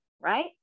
right